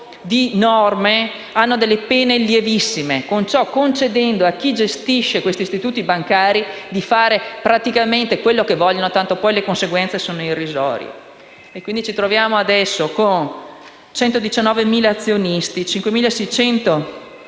sono previste delle pene lievissime, con ciò concedendo a chi gestisce questi istituti bancari di fare praticamente quello che vuole, tanto poi le conseguenze sono irrisorie. Quindi ci troviamo adesso con 119.000 azionisti, con